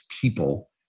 people